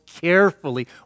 carefully